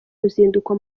ruzinduko